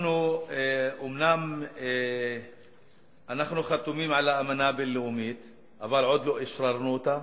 אנחנו אומנם חתומים על האמנה הבין-לאומית אבל עוד לא אשררנו אותה